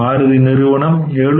மாருதி நிறுவனம் 7